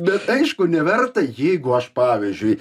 bet aišku neverta jeigu aš pavyzdžiui